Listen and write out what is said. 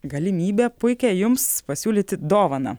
galimybę puikią jums pasiūlyti dovaną